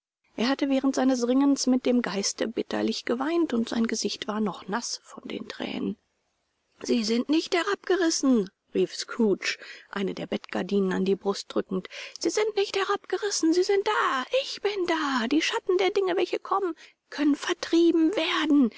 er hatte während seines ringens mit dem geiste bitterlich geweint und sein gesicht war noch naß von den thränen sie sind nicht herabgerissen rief scrooge eine der bettgardinen an die brust drückend sie sind nicht herabgerissen sie sind da ich bin da die schatten der dinge welche kommen können vertrieben werden